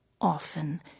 Often